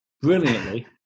brilliantly